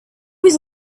was